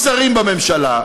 יהיו שרים בממשלה,